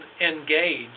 Engage